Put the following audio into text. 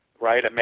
right